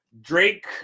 Drake